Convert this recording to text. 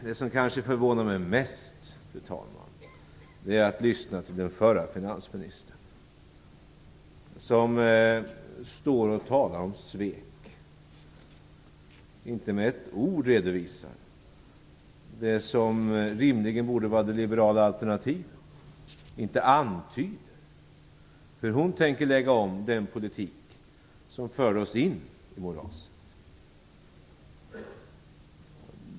Det som kanske förvånar mig mest, fru talman, är det jag hör när jag lyssnar till förra finansministern, som talar om svek och som inte med ett ord redovisar det som rimligen borde vara det liberala alternativet, men som inte antyder hur hon tänker lägga om den politik som förde oss in i moraset.